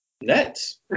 Nets